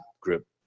group